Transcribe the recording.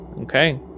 Okay